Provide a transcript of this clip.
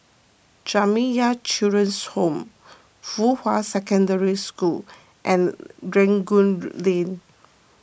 Jamiyah Children's Home Fuhua Secondary School and Rangoon Lane